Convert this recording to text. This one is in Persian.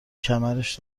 کمرش